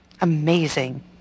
Amazing